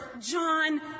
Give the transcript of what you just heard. John